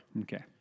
Okay